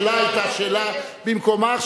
השאלה היתה שאלה במקומה.